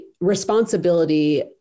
responsibility